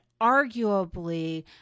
arguably